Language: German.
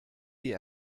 die